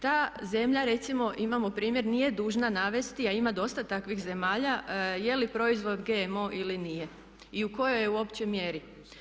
Ta zemlja recimo imamo primjer nije dužna navesti a ima dosta takvih zemalja je li proizvod GMO ili nije i u kojoj je uopće mjeri.